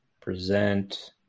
Present